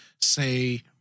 say